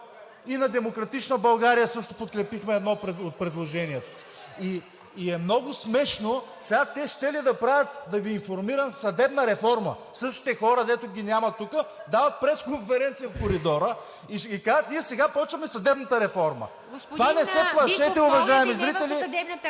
и на „Демократична България“ също подкрепихме едно от предложенията. И е много смешно, сега те щели да правят, да Ви информирам, съдебна реформа. Същите хора, дето ги няма тук, дават пресконференция в коридора и казват: ние сега започваме съдебната реформа. ПРЕДСЕДАТЕЛ ИВА МИТЕВА: Господин